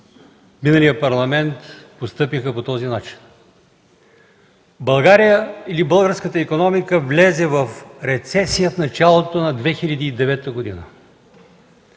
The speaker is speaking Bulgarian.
миналия парламент постъпиха по този начин?”. България или българската икономика влезе в рецесия в началото на 2009 г.